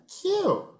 Cute